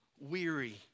weary